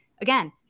Again